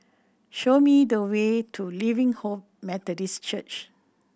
show me the way to Living Hope Methodist Church